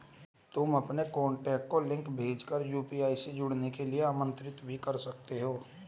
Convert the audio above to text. तुम अपने कॉन्टैक्ट को लिंक भेज कर यू.पी.आई से जुड़ने के लिए आमंत्रित भी कर सकते हो